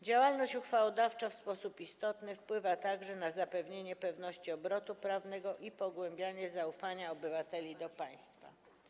Działalność uchwałodawcza w sposób istotny wpływa także na zapewnienie pewności obrotu prawnego i pogłębianie zaufania obywateli do państwa.